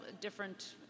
different